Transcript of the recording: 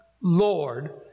Lord